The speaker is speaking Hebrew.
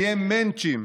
נהיה 'מענטשים',